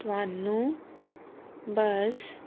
ਤੁਹਾਨੂੰ ਬਸ